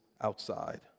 outside